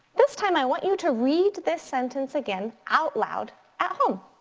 this time i want you to read this sentence again out loud at home.